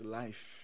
life